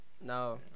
No